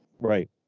Right